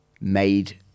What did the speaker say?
made